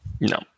No